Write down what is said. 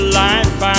life